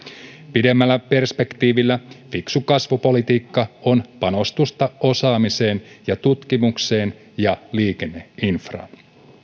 pidemmällä perspektiivillä fiksu kasvupolitiikka on panostusta osaamiseen ja tutkimukseen ja liikenneinfraan